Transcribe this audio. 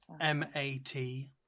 M-A-T